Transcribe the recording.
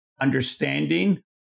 understanding